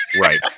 Right